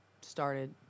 started